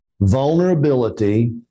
vulnerability